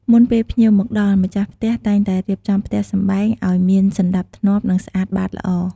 មុនពេលភ្ញៀវមកដល់ ម្ចាស់ផ្ទះតែងតែរៀបចំផ្ទះសម្បែងឱ្យមានសណ្ដាប់ធ្នាប់ និងស្អាតបាតល្អ។